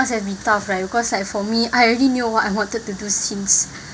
it must have been tough right because like for me I already knew what I wanted to do since